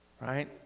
right